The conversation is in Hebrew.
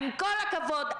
עם כל הכבוד,